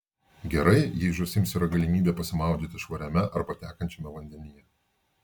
gerai jei žąsims yra galimybė pasimaudyti švariame arba tekančiame vandenyje